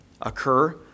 occur